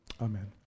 Amen